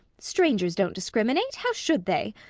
strangers don't discriminate how should they?